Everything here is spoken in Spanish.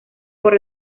por